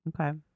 Okay